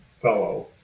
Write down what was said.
fellow